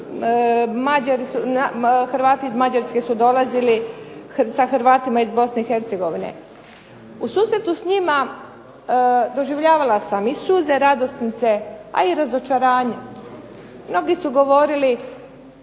Hrvati iz Mađarske su dolazili sa Hrvatima iz Bosne i Hercegovine. U susretu s njima doživljavala sam i suze radosnice, a i razočaranja. Mnogi su govorili